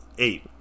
Eight